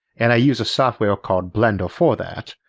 and i use a software called blender for that,